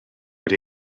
wedi